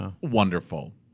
wonderful